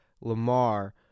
Lamar